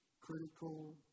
critical